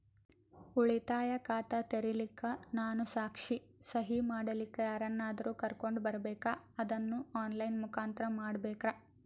ಉಳಿತಾಯ ಖಾತ ತೆರಿಲಿಕ್ಕಾ ನಾನು ಸಾಕ್ಷಿ, ಸಹಿ ಮಾಡಲಿಕ್ಕ ಯಾರನ್ನಾದರೂ ಕರೋಕೊಂಡ್ ಬರಬೇಕಾ ಅದನ್ನು ಆನ್ ಲೈನ್ ಮುಖಾಂತ್ರ ಮಾಡಬೇಕ್ರಾ?